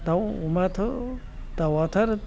दाउ अमायाथ' दाउआथ' आरो